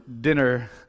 dinner